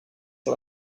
sur